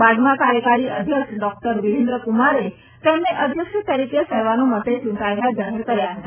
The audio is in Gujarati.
બાદમાં કાર્યકારી અધ્યક્ષ ડોક્ટર વિરેન્દ્રકમારે તેમને અધ્યક્ષ તરીકે સર્વાનુમતે ચ્રંટાયેલા જાહેર કર્યા હતા